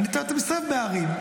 אתה מסתובב בערים,